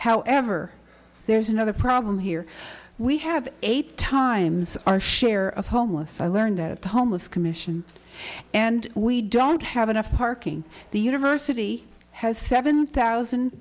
however there's another problem here we have eight times our share of homeless i learned that the homeless commission and we don't have enough parking the university has seven thousand